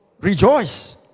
rejoice